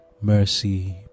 mercy